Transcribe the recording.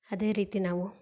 ಅದೇ ರೀತಿ ನಾವು